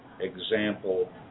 example